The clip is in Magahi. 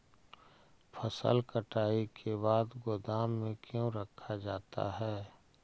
फसल कटाई के बाद गोदाम में क्यों रखा जाता है?